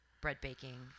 bread-baking